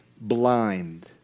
blind